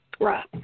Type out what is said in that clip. Right